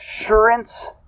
assurance